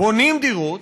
בונים דירות,